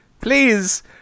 please